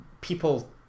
people